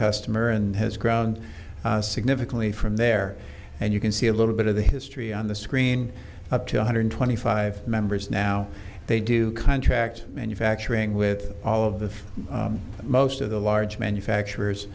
customer and has ground significantly from there and you can see a little bit of the history on the screen up to one hundred twenty five members now they do contract manufacturing with all of the most of the large manufacturers